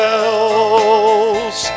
else